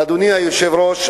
אדוני היושב-ראש,